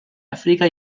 áfrica